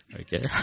Okay